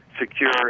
secure